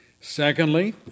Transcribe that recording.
Secondly